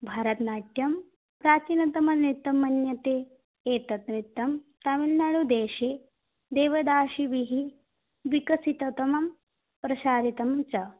भरतनाट्यं प्राचीनतमनृत्यं मन्यते एतत् नित्यं तमिल्नाडुदेशे देवदासीभिः विकसितम् प्रसारितं च